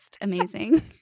amazing